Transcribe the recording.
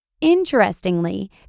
Interestingly